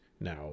Now